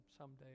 someday